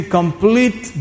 complete